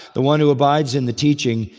the one who abides in the teaching,